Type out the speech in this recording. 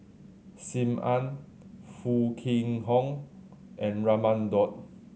Sim Ann Foo Kwee Horng and Raman Daud